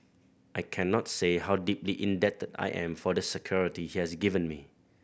I cannot say how deeply indebted I am for the security he has given me